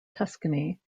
tuscany